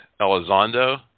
Elizondo